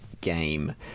game